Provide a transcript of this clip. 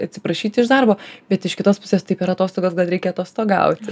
atsiprašyti iš darbo bet iš kitos pusės taip ir atostogas dar reikia atostogauti